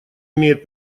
имеет